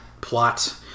plot